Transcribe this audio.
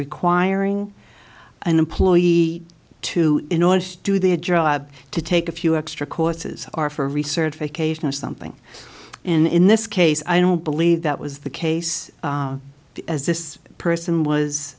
requiring an employee to in order to do the job to take a few extra courses are for research vacation or something in this case i don't believe that was the case as this person was